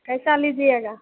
कैसा लीजिएगा